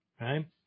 Right